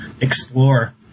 explore